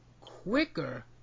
quicker